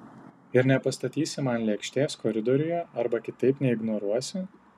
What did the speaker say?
ir nepastatysi man lėkštės koridoriuje arba kitaip neignoruosi